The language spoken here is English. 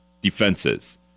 defenses